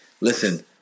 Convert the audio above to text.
listen